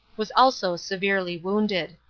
was also severely wounded.